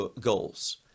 goals